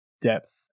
depth